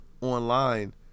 online